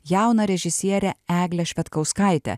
jauną režisierę eglė švedkauskaitė